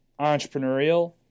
entrepreneurial